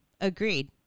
Agreed